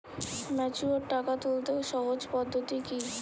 Mature টাকা তুলতে সহজ পদ্ধতি কি?